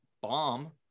bomb